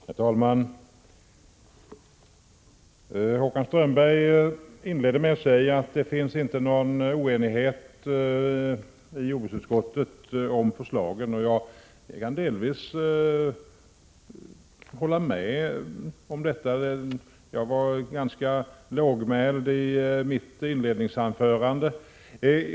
Herr talman! Håkan Strömberg inledde med att säga att det inte finns någon oenighet i jordbruksutskottet om förslagen, och jag kan delvis hålla med om detta. Jag var ganska lågmäld i mitt inledningsanförande.